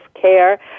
care